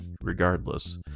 regardless